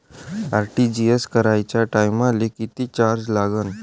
RTGS कराच्या टायमाले किती चार्ज लागन?